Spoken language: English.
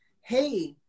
hey